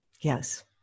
Yes